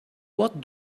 what